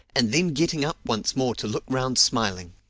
and then getting up once more to look round smiling.